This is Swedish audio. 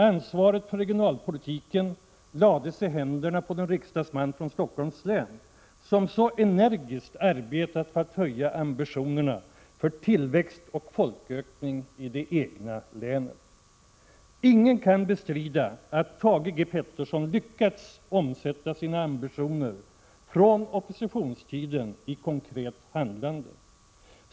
Ansvaret för regionalpolitiken lades i händerna på den riksdagsman från Stockholms län som så energiskt arbetat för att höja ambitionerna för tillväxt och folkökning i det egna länet. Ingen kan bestrida att Thage G. Peterson har lyckats omsätta sina ambitioner från oppositionstiden i konkret handlande.